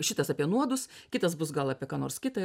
šitas apie nuodus kitas bus gal apie ką nors kitą